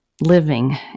living